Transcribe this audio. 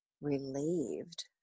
relieved